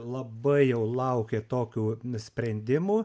labai jau laukė tokių sprendimų